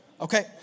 Okay